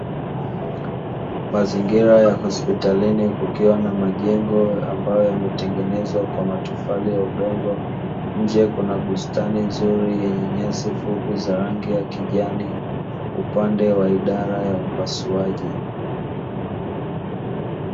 Mazingira ya hospitalini kukiwa na majengo ambayo yametengenezwa kwa matofali ya udongo, nje kuna bustani nzuri yenye nyasi fupi za rangi ya kijani upande wa idara ya upasuaji.